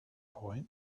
point